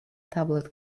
tablet